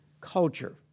culture